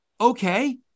okay